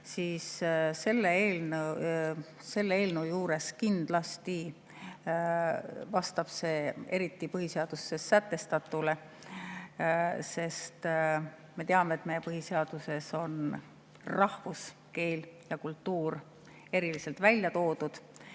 et see eelnõu vastab kindlasti põhiseaduses sätestatule, sest me teame, et meie põhiseaduses on rahvus, keel ja kultuur eriliselt välja toodud.